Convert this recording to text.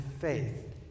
faith